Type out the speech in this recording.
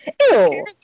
Ew